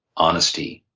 honesty,